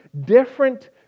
different